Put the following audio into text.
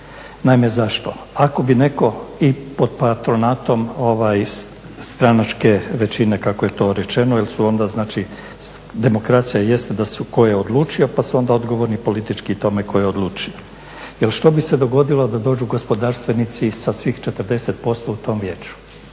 Naime zašto? Ako bi netko i pod patronatom stranačke većine kako je to rečeno jer su onda znači, demokracija jeste da se tko je odlučio, pa su onda odgovorni politički i tome tko je odlučio. Jer što bi se dogodilo da dođu gospodarstvenici sa svih 40% u tom vijeću?